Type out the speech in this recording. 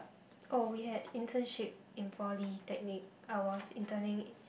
oh we had internship in polytechnic I was interning